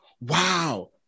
wow